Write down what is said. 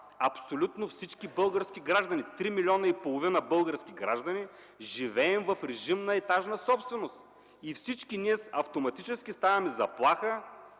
абсолютно всички български граждани! Три милиона и половина български граждани живеем в режим на етажна собственост и всички ние автоматически сме заплашени